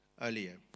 earlier